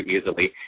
easily